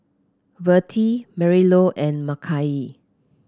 Vertie Marylou and Makai